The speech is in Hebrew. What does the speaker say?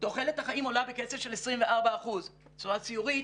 תוחלת החיים עולה בקצב של 24%. בצורה ציורית